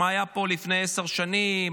מה היה פה לפני עשר שנים,